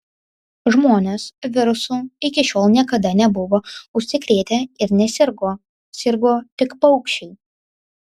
žmonės virusu iki šiol niekada nebuvo užsikrėtę ir nesirgo sirgo tik paukščiai